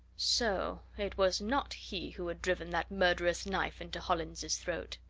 so it was not he who had driven that murderous knife into hollins's throat!